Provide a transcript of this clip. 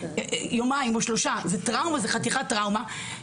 זה חתיכת טראומה,